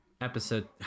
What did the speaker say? episode